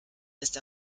ist